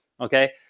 Okay